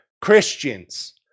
Christians